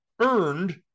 earned